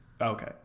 Okay